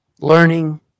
learning